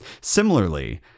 Similarly